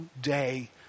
day